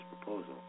proposal